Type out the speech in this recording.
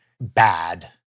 bad